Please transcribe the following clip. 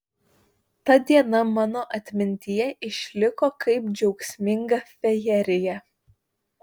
ta diena mano atmintyje išliko kaip džiaugsminga fejerija